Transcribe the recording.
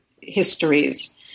histories